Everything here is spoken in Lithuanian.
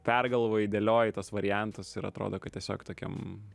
pergalvoji dėlioji tuos variantus ir atrodo kad tiesiog tokiam